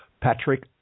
Patrick